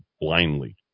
blindly